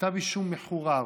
כתב אישום מחורר,